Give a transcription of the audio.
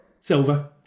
Silver